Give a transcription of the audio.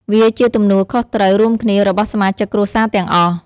វាជាទំនួលខុសត្រូវរួមគ្នារបស់សមាជិកគ្រួសារទាំងអស់។